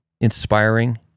inspiring